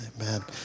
Amen